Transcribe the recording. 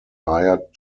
hired